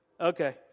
Okay